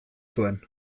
zuen